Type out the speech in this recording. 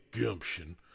gumption